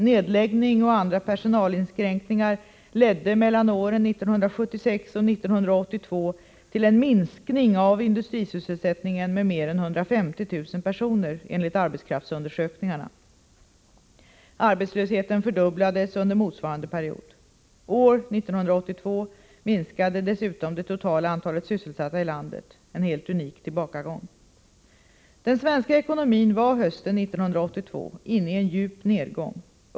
Nedläggningar och andra personalinskränkningar ledde mellan åren 1976 och 1982 till en minskning av industrisysselsättningen med mer än 150 000 personer enligt arbetskraftsundersökningarna. Arbetslösheten fördubblades under motsvarande period. År 1982 minskade dessutom det totala antalet sysselsatta i landet — en helt unik tillbakagång. Den svenska ekonomin var hösten 1982 inne i en djup nedgång.